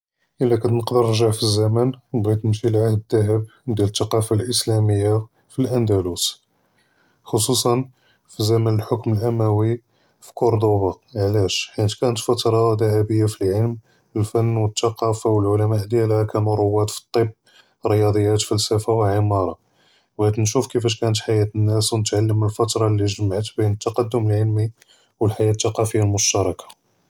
אלא כאן נقدر נרג׳ע פלאזמן בעית נמשי לעהד אלדהב דיאל ת׳קאפה אלאסלאמיה פלאנדלוס, ח׳צוען זמנ אלחכם אלאמוי פכורדובא, ועלאש? חית כאנת פטרה דהביה פלעילם, פן ות׳קאפה, ואלעולמא דיאולהא כאנו ראד פי טב, ריאצ׳יאת, פלספה ועימארה, בעית נשוף כיפאש כאנת חיאת אלנאס ונתעלם מן אלפטרה לי גמעת בין אלתקדם אלעילמי ואלחיאת ת׳קאפה אלמשתראכה.